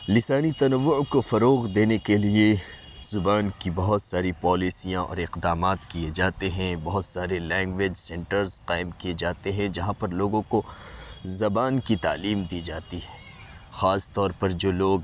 لسانی تنوع کو فروغ دینے کے لیے زبان کی بہت ساری پالیسیاں اور اقدامات کیے جاتے ہیں بہت سارے لینگویج سینٹرز قائم کیے جاتے ہیں جہاں پر لوگوں کو زبان کی تعلیم دی جاتی ہے خاص طور پر جو لوگ